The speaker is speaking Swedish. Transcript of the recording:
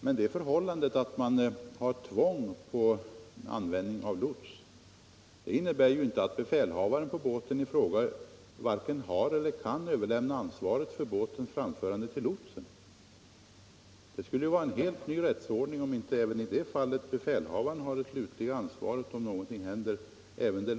Men det förhållandet att det i vissa fall råder ett tvång att anlita lots innebär ju inte att befälhavaren på fartyget kan överlämna ansvaret för dess framförande till lotsen. Det skulle vara en helt ny rättsordning, om inte befälhavaren skulle ha det slutliga ansvaret ifall någonting händer.